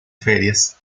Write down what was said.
ferias